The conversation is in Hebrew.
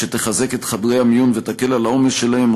שתחזק את חדרי המיון ותקל את העומס בהם,